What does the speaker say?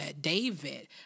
David